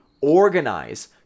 organize